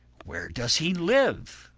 where does he live?